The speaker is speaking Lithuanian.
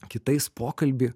kitais pokalbį